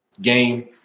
game